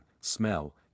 smell